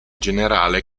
generale